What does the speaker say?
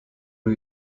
new